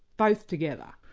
both together.